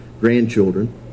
grandchildren